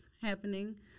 happening